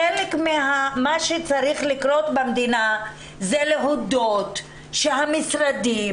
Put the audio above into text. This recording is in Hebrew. חלק ממה שצריך לקרות במדינה זה להודות שהמשרדים